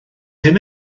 hyn